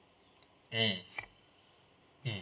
mm mm